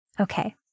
Okay